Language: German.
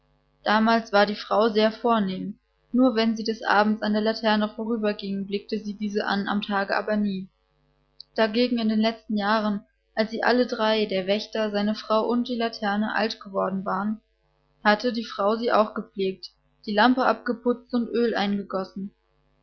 damals war die frau sehr vornehm nur wenn sie des abends an der laterne vorüberging blickte sie diese an am tage aber nie dagegen in den letzten jahren als sie alle drei der wächter seine frau und die laterne alt geworden waren hatte die frau sie auch gepflegt die lampe abgeputzt und öl eingegossen